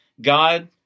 God